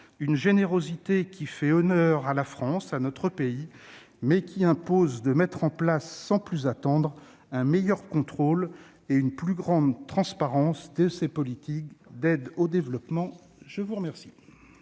une générosité qui fait honneur à notre pays, mais qui impose de mettre en place, sans plus attendre, un meilleur contrôle et une plus grande transparence des politiques d'aide au développement. La discussion